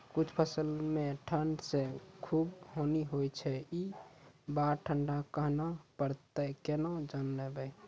कुछ फसल मे ठंड से खूब हानि होय छैय ई बार ठंडा कहना परतै केना जानये?